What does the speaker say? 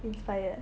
inspired